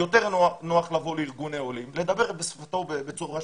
נוח לבוא לארגוני עולים ולדבר בשפתם בצורה שוטפת.